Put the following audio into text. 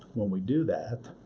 when we do that,